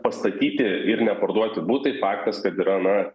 pastatyti ir neparduoti butai faktas kad yra na